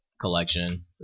collection